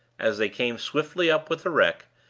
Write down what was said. as they came swiftly up with the wreck,